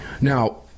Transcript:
Now